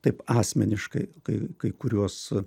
taip asmeniškai kai kai kuriuos